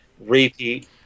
repeat